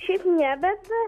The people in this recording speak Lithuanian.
šiaip ne bet